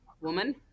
woman